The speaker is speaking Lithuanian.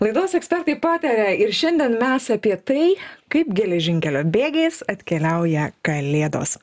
laidos ekspertai pataria ir šiandien mes apie tai kaip geležinkelio bėgiais atkeliauja kalėdos